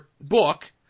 book